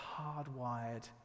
hardwired